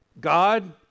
God